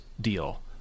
deal